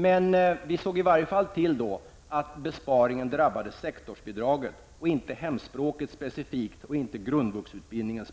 Men vi såg i varje fall till att besparingen drabbade sektorsbidraget och inte specifikt hemspråksundervisningen och grundvuxutbildningen.